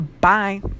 Bye